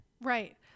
Right